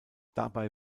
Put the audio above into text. dabei